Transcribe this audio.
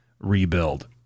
rebuild